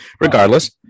regardless